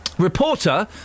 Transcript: Reporter